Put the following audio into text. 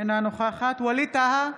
אינה נוכחת ווליד טאהא,